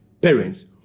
parents